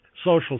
social